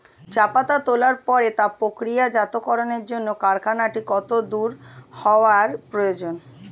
চা পাতা তোলার পরে তা প্রক্রিয়াজাতকরণের জন্য কারখানাটি কত দূর হওয়ার প্রয়োজন?